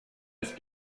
ist